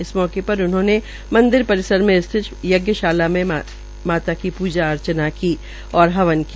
इस अवसर पर उन्होंने मंदिर परिसर में स्थित यज्ञशाला में माता की पूजा की और हवन किया